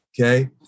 Okay